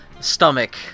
stomach